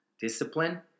discipline